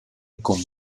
con